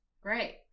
Great